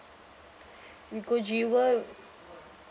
we go jewel